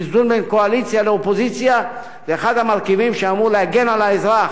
איזון בין קואליציה לאופוזיציה זה אחד המרכיבים שאמורים להגן על האזרח.